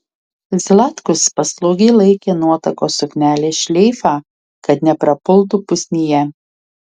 zlatkus paslaugiai laikė nuotakos suknelės šleifą kad neprapultų pusnyje